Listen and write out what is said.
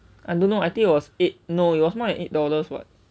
I don't know I think it was eight no it was not eight dollars what